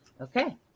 okay